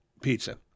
pizza